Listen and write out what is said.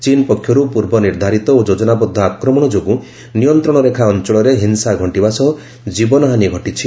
ଚୀନ୍ ପକ୍ଷରୁ ପୂର୍ବ ନିର୍ଦ୍ଧାରିତ ଓ ଯୋଜନାବଦ୍ଧ ଆକ୍ରମଣ ଯୋଗୁଁ ନିୟନ୍ତ୍ରଣ ରେଖା ଅଞ୍ଚଳରେ ହିଂସା ଘଟିବା ସହ ଜୀବନହାନି ଘଟିଛି